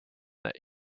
that